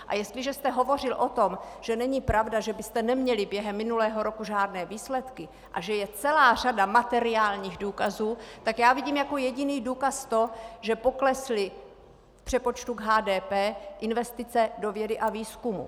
A jestliže jste hovořil o tom, že není pravda, že byste neměli během minulého roku žádné výsledky, a že je celá řada materiálních důkazů, tak já vidím jako jediný důkaz to, že poklesly v přepočtu k HDP investice do vědy a výzkumu.